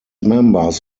members